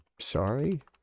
sorry